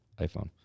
iPhone